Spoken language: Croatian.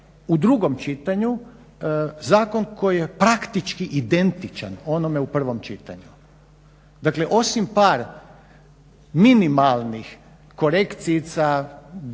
u drugom čitanju zakon koji je praktički identičan onome u prvom čitanju. Dakle, osim par minimalnih korekcija efemerne